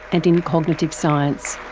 and in cognitive science.